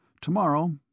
Tomorrow